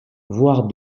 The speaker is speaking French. voire